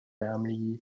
family